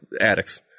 addicts